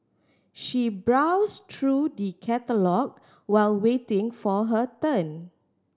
she browsed through the catalogue while waiting for her turn